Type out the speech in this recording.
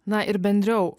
na ir bendriau